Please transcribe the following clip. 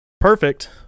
perfect